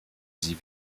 sie